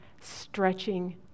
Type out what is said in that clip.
stretching